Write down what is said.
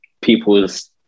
people's